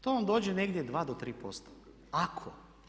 To vam dođe negdje 2 do 3%, ako.